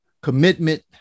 commitment